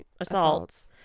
Assaults